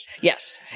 Yes